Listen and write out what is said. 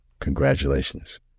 Congratulations